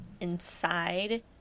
inside